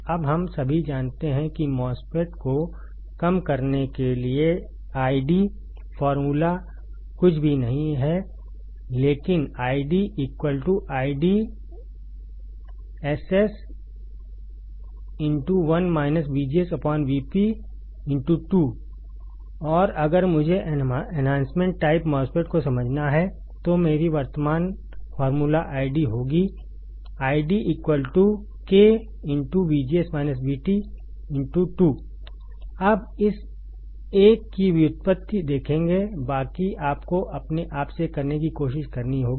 अब हम सभी जानते हैं कि MOSFET को कम करने के लिए आईडी फार्मूला कुछ भी नहीं है लेकिन ID ID SS 1 VGS VP 2 और अगर मुझे एनहांसमेंट टाइप MOSFET को समझना है तो मेरी वर्तमान फॉर्मूला आईडी होगी आईडी के 2 हम इस एक की व्युत्पत्ति देखेंगे बाकी आपको अपने आप से करने की कोशिश करनी होगी